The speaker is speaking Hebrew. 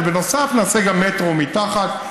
בנוסף, נעשה מטרו מתחת.